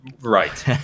right